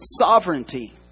Sovereignty